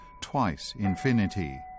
twice-infinity